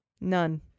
None